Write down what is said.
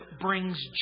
brings